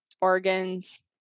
organs